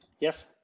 Yes